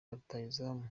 rutahizamu